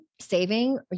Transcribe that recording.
saving